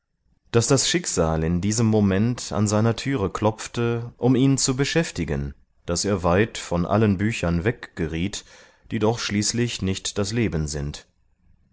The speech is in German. daß das schicksal in diesem moment an seiner türe klopfte um ihn zu beschäftigen daß er weit von allen büchern weggeriet die doch schließlich nicht das leben sind